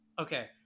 Okay